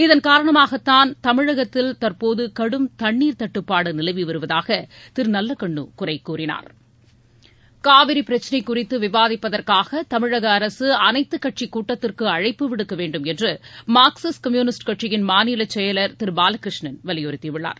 இதன்காரணமாகதான் தமிழகத்தில் தற்போதுகடும் தண்ணீர் தட்டுப்பாடுநிலவிவருவதாகதிருநல்லகண்ணுகுறைகூறினார் காவிரிபிரச்சனைகுறித்துவிவாதிப்பதற்காகதமிழகஅரசுஅனைத்துகட்சிகூட்டத்திற்குஅழைப்பு விடுக்கவேண்டும் என்றுமார்க்சிஸ்ட் கம்யூனிஸ்ட் கட்சியின் மாநிலசெயலர் திருபாலகிருஷ்ணன் வலியுறுத்திஉள்ளார்